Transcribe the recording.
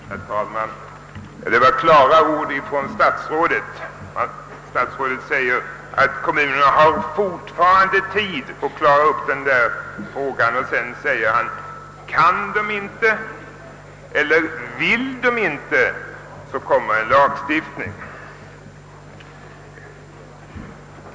Herr talman! Det var klara ord från statsrådet när han säger att kommunerna fortfarande har tid att själva lösa frågan om en bostadsförmedling. Kan de inte eller vill de inte, fastslår han, kommer en lagstiftning.